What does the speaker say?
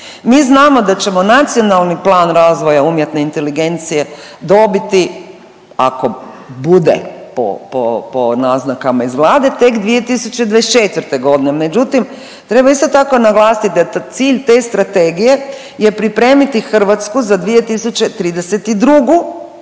mi znamo da ćemo nacionalni plan razvoja umjetne inteligencije dobiti, ako bude po naznakama iz Vlade tek 2024.g.. Međutim, treba isto tak ona glasiti da je cilj te strategije je pripremiti Hrvatsku za 2032. kada